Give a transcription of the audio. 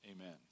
Amen